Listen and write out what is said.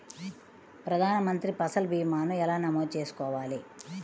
ప్రధాన మంత్రి పసల్ భీమాను ఎలా నమోదు చేసుకోవాలి?